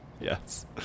Yes